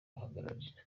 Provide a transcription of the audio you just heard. baharanira